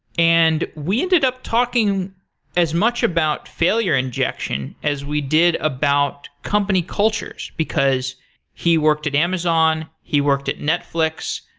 and we ended up talking as much about failure injection as we did about company cultures, because he worked at amazon, he worked at netflix.